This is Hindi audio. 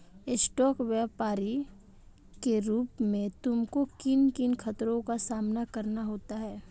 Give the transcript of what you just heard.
स्टॉक व्यापरी के रूप में तुमको किन किन खतरों का सामना करना होता है?